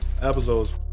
Episodes